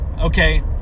Okay